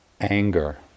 Anger